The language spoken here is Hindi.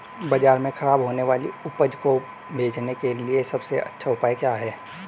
बाजार में खराब होने वाली उपज को बेचने के लिए सबसे अच्छा उपाय क्या है?